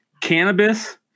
Cannabis